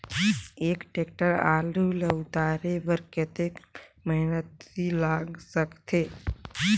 एक टेक्टर आलू ल उतारे बर कतेक मेहनती लाग सकथे?